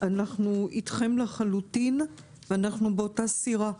אנחנו איתכם לחלוטין, ואנחנו באותה סירה.